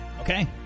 Okay